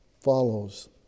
follows